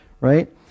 right